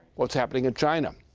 what's happening in china?